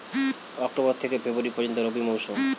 October থেকে February পর্যন্ত রবি মৌসুম